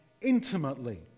intimately